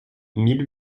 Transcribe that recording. mille